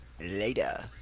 Later